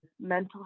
mental